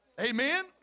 Amen